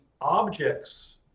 objects